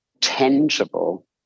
tangible